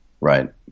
right